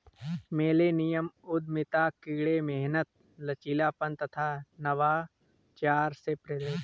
millennium उद्यमिता कड़ी मेहनत, लचीलापन तथा नवाचार से प्रेरित है